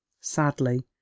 sadly